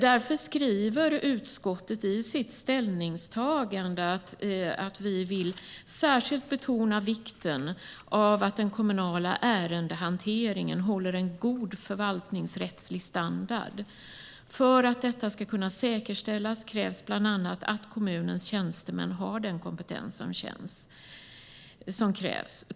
Därför skriver utskottet i sitt ställningstagande: "Utskottet vill betona vikten av att den kommunala ärendehanteringen håller en god förvaltningsrättslig standard. För att detta ska kunna säkerställas krävs bl.a. att kommunens tjänstemän har den kompetens som krävs.